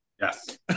Yes